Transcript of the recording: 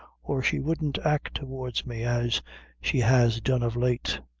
or she wouldn't act towards me as she has done of late.